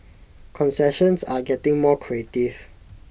concessions are getting more creative